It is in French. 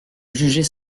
jugeait